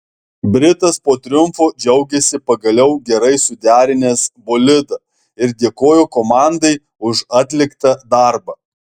britas po triumfo džiaugėsi pagaliau gerai suderinęs bolidą ir dėkojo komandai už atliktą darbą